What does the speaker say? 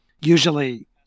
usually